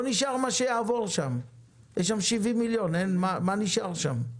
יש שם 70 מיליון, מה נשאר שם?